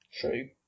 True